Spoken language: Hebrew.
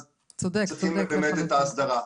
אז צריכים באמת את ההסדרה.